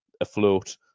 afloat